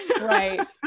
right